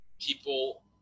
people